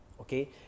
Okay